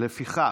לפיכך,